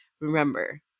remember